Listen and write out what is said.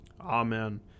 Amen